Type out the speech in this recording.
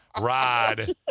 Rod